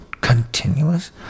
continuous